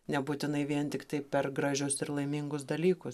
nebūtinai vien tiktai per gražius ir laimingus dalykus